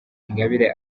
ingabire